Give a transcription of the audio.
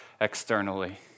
externally